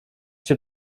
cię